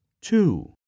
two